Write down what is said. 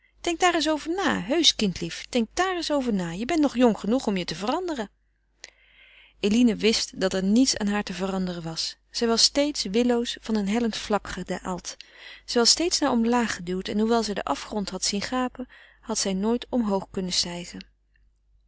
denk daar eens over na heusch kindlief denk daar eens over na je bent nog jong genoeg om je te veranderen eline wist dat er niets aan haar te veranderen was zij was steeds willoos van een hellend vlak gedaald zij was steeds naar omlaag geduwd en hoewel zij den afgrond had zien gapen had zij nooit omhoog kunnen stijgen